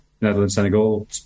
Netherlands-Senegal